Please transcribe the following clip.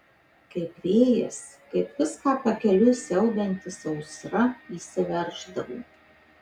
kaip vėjas kaip viską pakeliui siaubianti sausra įsiverždavo